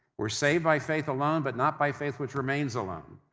we're saved by faith alone, but not by faith which remains alone.